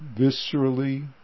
viscerally